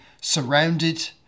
surrounded